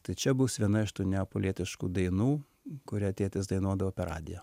tai čia bus viena iš tų neapolietiškų dainų kurią tėtis dainuodavo per radiją